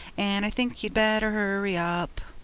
and i think you'd better hurry up!